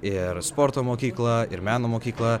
ir sporto mokyklą ir meno mokyklą